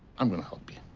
i'm gonna help you.